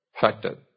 factor